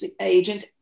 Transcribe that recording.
agent